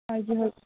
ꯍꯥꯏꯗꯤ ꯍꯧꯖꯤꯛ